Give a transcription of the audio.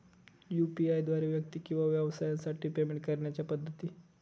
UPI द्वारे व्यक्ती किंवा व्यवसायांसाठी पेमेंट करण्याच्या पद्धती